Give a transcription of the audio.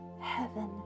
Heaven